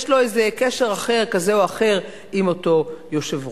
יש לו איזה קשר אחר כזה או אחר עם אותו שופט.